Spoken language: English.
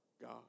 God